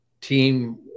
team